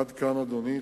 עד כאן, אדוני.